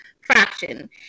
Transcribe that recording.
fraction